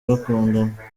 bakundana